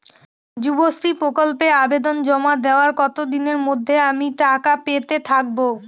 যুবশ্রী প্রকল্পে আবেদন জমা দেওয়ার কতদিনের মধ্যে আমি টাকা পেতে থাকব?